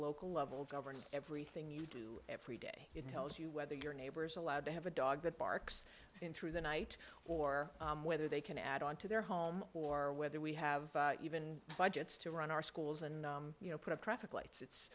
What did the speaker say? local level govern everything you do every day it tells you whether your neighbors allowed to have a dog that barks through the night or whether they can add on to their home or whether we have even budgets to run our schools and you know put up traffic lights it's